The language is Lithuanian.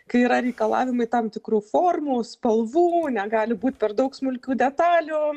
kai yra reikalavimai tam tikrų formų spalvų negali būti per daug smulkių detalių